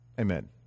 Amen